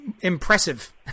impressive